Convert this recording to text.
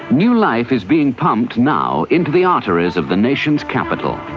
new life is being pumped now into the arteries of the nation's capital.